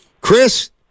Chris